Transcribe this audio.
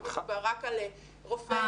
לא מדובר פה רק על ילדים בסיכון.